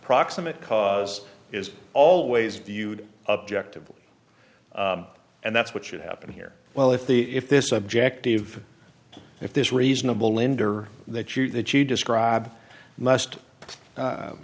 proximate cause is always viewed objective and that's what should happen here well if the if this objective if this reasonable linder that you that you describe